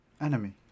Enemy